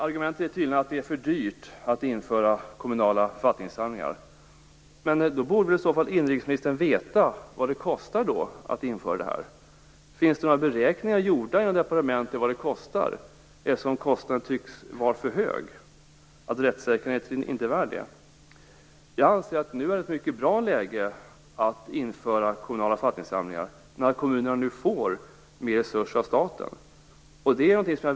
Argumentet är tydligen att det är för dyrt att införa kommunala författningssamlingar, men inrikesministern borde i så fall veta vad det kostar att införa sådana. Eftersom kostnaden tycks vara för hög undrar jag om det finns några på departementet gjorda beräkningar av vad detta kostar, och är rättssäkerheten inte värd detta? Jag anser att det är ett mycket bra läge för att införa kommunala författningssamlingar nu när kommunerna får mer resurser från staten.